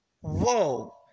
whoa